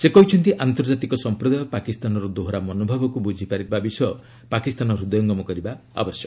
ସେ କହିଛନ୍ତି ଆନ୍ତର୍ଜାତିକ ସମ୍ପ୍ରଦାୟ ପାକିସ୍ତାନର ଦୋହରା ମନୋଭାବକୁ ବୁଝିପାରିଥିବା ବିଷୟ ପାକିସ୍ତାନ ହୃଦୟଙ୍ଗମ କରିବା ଉଚିତ୍